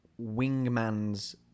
wingmans